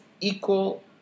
equal